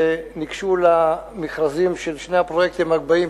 ניגשו למכרזים של שני הפרויקטים הבאים,